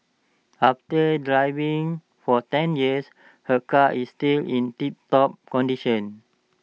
after driving for ten years her car is still in tiptop condition